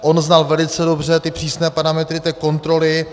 On znal velice dobře přísné parametry kontroly.